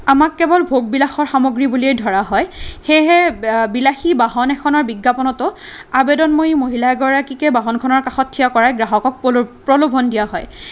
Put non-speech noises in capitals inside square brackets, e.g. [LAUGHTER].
আমাক কেৱল ভোগবিলাসৰ সামগ্ৰী বুলিয়েই ধৰা হয় সেয়েহে বিলাসী বাহন এখনৰ বিজ্ঞাপনতো আবেদনময়ী মহিলা এগৰাকীকে বাহনখনৰ কাষত থিয় কৰাই গ্ৰাহকক [UNINTELLIGIBLE] প্ৰলোভন দিয়া হয়